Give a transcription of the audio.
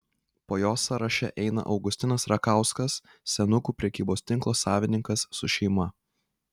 po jo sąraše eina augustinas rakauskas senukų prekybos tinko savininkas su šeima